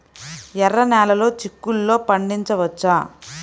ఎర్ర నెలలో చిక్కుల్లో పండించవచ్చా?